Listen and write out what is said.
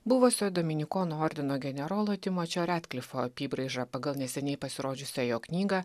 buvusio dominikonų ordino generolo timo čioretklifo apybraižą pagal neseniai pasirodžiusią jo knygą